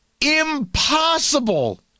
Impossible